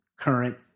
current